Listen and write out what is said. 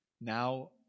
now